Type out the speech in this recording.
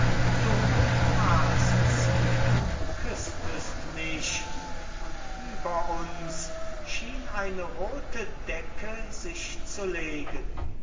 du warsts und küßtest mich und über uns schien eine rote decke sich zu legen